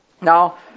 Now